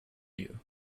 you